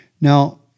Now